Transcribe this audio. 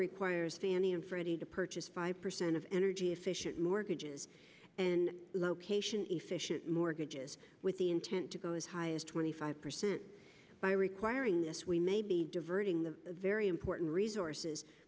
requires fannie and freddie to purchase five percent of energy efficient mortgages and location efficient mortgages with the intent to go as high as twenty five percent by requiring we may be diverting the very important resources